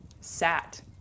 sat